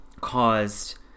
caused